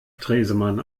stresemann